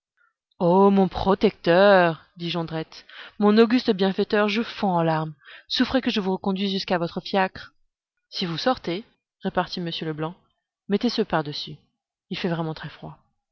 ô mon protecteur dit jondrette mon auguste bienfaiteur je fonds en larmes souffrez que je vous reconduise jusqu'à votre fiacre si vous sortez repartit m leblanc mettez ce par-dessus il fait vraiment très froid